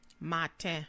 Matin